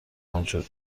اونجوری